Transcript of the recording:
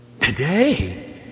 today